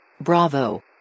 Bravo